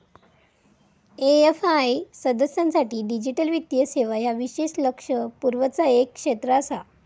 AFI सदस्यांसाठी digital वित्तीय सेवा ह्या विशेष लक्ष पुरवचा एक क्षेत्र आसा